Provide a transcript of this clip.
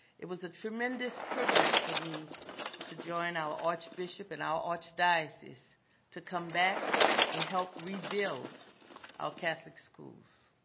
it was a tremendous privilege for me to join our archbishop and our archdiocese to come back and help rebuild our catholic schools.